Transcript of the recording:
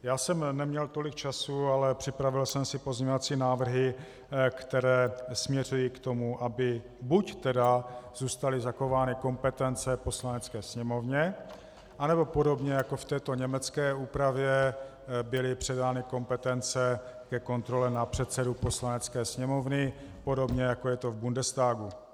Já jsem neměl tolik času, ale připravil jsem si pozměňovací návrhy, které směřují k tomu, aby buď zůstaly zachovány kompetence Poslanecké sněmovně, anebo podobně jako v této německé úpravě byly předány kompetence ke kontrole na předsedu Poslanecké sněmovny, podobně jako je to v Bundestagu.